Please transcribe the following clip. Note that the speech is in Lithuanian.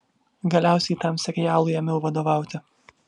galiausiai tam serialui ėmiau vadovauti